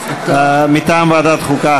מטעם ועדת החוקה,